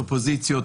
אופוזיציות.